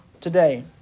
today